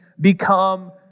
become